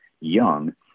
young